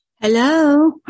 Hello